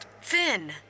Finn